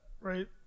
right